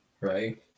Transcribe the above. Right